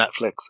Netflix